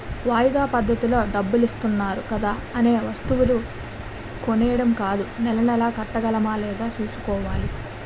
వాయిదా పద్దతిలో డబ్బులిత్తన్నారు కదా అనే వస్తువులు కొనీడం కాదూ నెలా నెలా కట్టగలమా లేదా సూసుకోవాలి